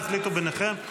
תחליטו ביניכם.